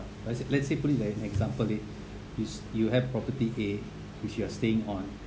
like let's say put it like an example that is you have property A which you are staying on